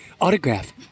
autograph